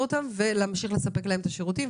אותם ולהמשיך ולספק להם את השירותים,